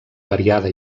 variada